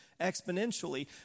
exponentially